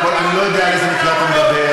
אני לא יודע על איזה מקרה אתה מדבר,